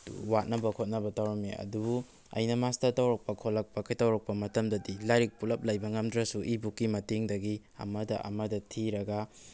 ꯋꯥꯠꯅꯕ ꯈꯣꯠꯅꯕ ꯇꯧꯔꯝꯃꯤ ꯑꯗꯨꯕꯨ ꯑꯩꯅ ꯃꯥꯁꯇꯔ ꯇꯧꯔꯛꯄ ꯈꯣꯠꯂꯛꯄ ꯀꯩꯗꯧꯔꯛꯄ ꯃꯇꯝꯗꯗꯤ ꯂꯥꯏꯔꯤꯛ ꯄꯨꯂꯞ ꯂꯩꯕ ꯉꯝꯗ꯭ꯔꯁꯨ ꯏ ꯕꯨꯛꯀꯤ ꯃꯇꯦꯡꯗꯒꯤ ꯑꯃꯗ ꯑꯃꯗ ꯊꯤꯔꯒ